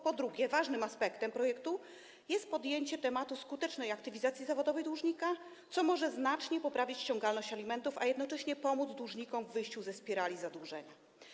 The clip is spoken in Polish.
Po drugie, ważnym aspektem projektu jest podjęcie tematu skutecznej aktywizacji zawodowej dłużnika, co może znacznie poprawić ściągalność alimentów i jednocześnie pomóc dłużnikom w wyjściu ze spirali zadłużenia.